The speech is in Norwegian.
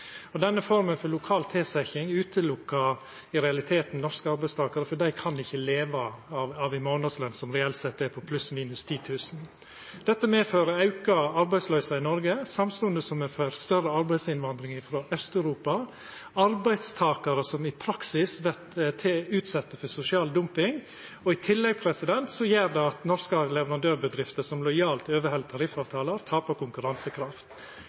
Denne forma for lokal tilsetjing stengjer i realiteten norske arbeidstakarar ute, for dei kan ikkje leva av ei månadsløn som reelt sett er på pluss minus 10 000 kr. Dette medfører auka arbeidsløyse i Noreg samstundes som ein får større arbeidsinnvandring frå Aust-Europa – arbeidstakarar som i praksis vert utsette for sosial dumping. I tillegg gjer det at norske leverandørbedrifter som lojalt overheld tariffavtaler, tapar konkurransekraft.